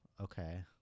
okay—